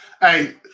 Hey